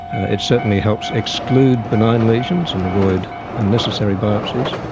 it certainly helps exclude benign lesions and avoid unnecessary biopsies,